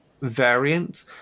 variant